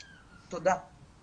תודה.